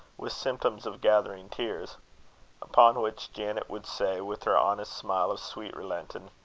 with symptoms of gathering tears upon which janet would say, with her honest smile of sweet relenting,